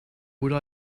would